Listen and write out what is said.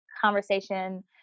conversation